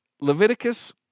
Leviticus